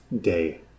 day